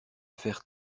faire